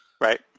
Right